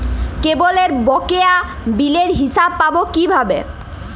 কেবলের বকেয়া বিলের হিসাব পাব কিভাবে?